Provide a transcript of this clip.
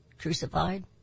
crucified